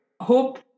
hope